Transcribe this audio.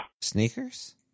Sneakers